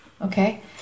Okay